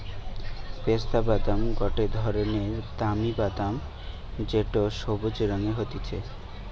পেস্তা বাদাম গটে ধরণের দামি বাদাম যেটো সবুজ রঙের হতিছে